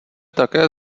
také